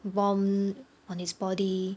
bomb on his body